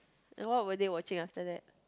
then what were they watching after that